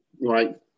right